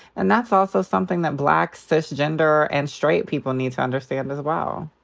and that's also something that black cisgender and straight people need to understand as well.